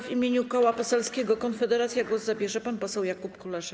W imieniu Koła Poselskiego Konfederacja głos zabierze pan poseł Jakub Kulesza.